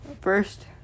first